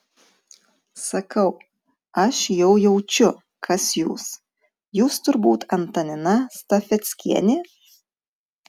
sakau aš jau jaučiu kas jūs jūs turbūt antanina stafeckienė